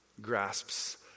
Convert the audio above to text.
Grasps